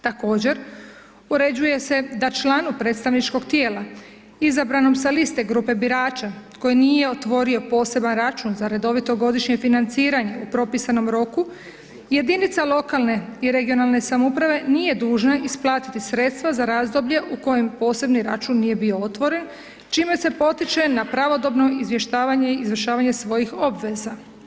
Također, uređuje se da članu predstavničkog tijela izabranom sa liste grupe birača koji nije otvorio poseban račun za redovito godišnje financiranje u propisanom roku, jedinica lokalne i regionalne samouprave nije dužna isplatiti sredstva za razdoblje u kojem posebni račun nije bio otvoren, čime se potiče na pravodobno izvještavanje i izvršavanje svojih obveza.